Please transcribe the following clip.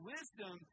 Wisdom